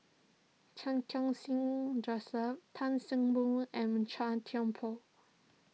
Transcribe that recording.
Chan Khun Sing Joseph Tan See Boo and Chua Thian Poh